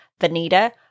Vanita